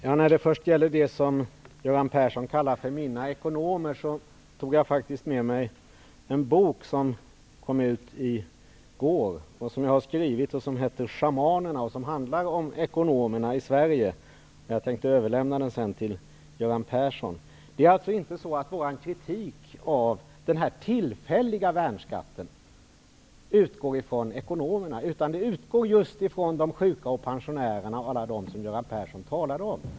Fru talman! Göran Persson talar om ''mina ekonomer''. Jag tog faktiskt med mig en bok som kom ut i går, och som jag har skrivit. Den heter Sverige. Jag tänkte överlämna den till Göran Vår kritik av den tillfälliga värnskatten utgår inte från ekonomerna. Den utgår just från de sjuka, pensionärerna och alla dem som Göran Persson talade om.